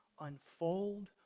unfold